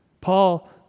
Paul